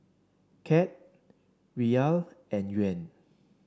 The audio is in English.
CAD Riyal and Yuan